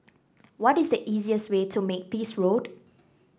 what is the easiest way to Makepeace Road